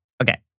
Okay